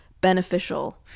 beneficial